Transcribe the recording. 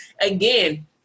again